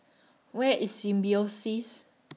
Where IS Symbiosis